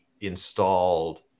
installed